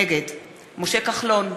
נגד משה כחלון,